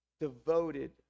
devoted